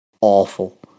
awful